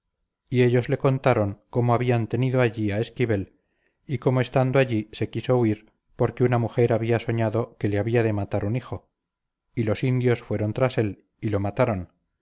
y ellos le contaron cómo habían tenido allí a esquivel y cómo estando allí se quiso huir porque una mujer había soñado que le había de matar un hijo y los indios fueron tras él y lo mataron